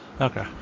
okay